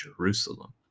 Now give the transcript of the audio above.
Jerusalem